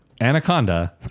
Anaconda